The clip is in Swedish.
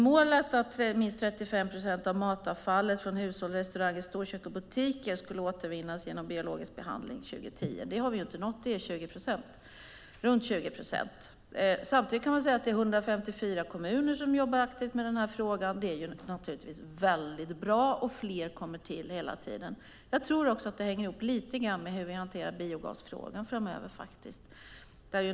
Målet att minst 35 procent av matavfallet från hushåll, restauranger, storkök och butiker skulle återvinnas genom biologisk behandling år 2010 har vi inte nått. Det är runt 20 procent. Samtidigt är det 154 kommuner som jobbar aktivt med den frågan. Det är väldigt bra. Fler kommer hela tiden till. Jag tror också att det hänger ihop lite grann med hur vi hanterar biogasfrågan framöver.